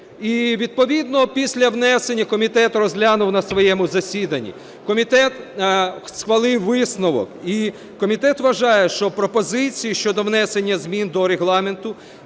І відповідно після внесення комітет розглянув на своєму засіданні. Комітет схвалив висновок, і комітет вважає, що пропозиції щодо внесення змін до Регламенту,